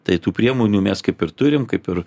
tai tų priemonių mes kaip ir turim kaip ir